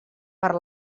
per